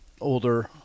older